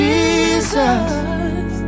Jesus